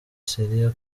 syria